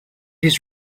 his